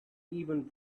even